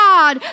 God